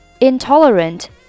Intolerant